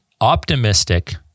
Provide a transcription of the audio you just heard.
optimistic